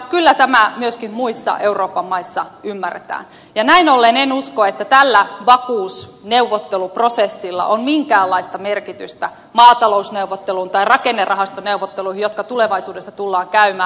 kyllä tämä myöskin muissa euroopan maissa ymmärretään ja näin ollen en usko että tällä vakuusneuvotteluprosessilla on minkäänlaista merkitystä maatalousneuvotteluihin tai rakennerahastoneuvotteluihin jotka tulevaisuudessa tullaan käymään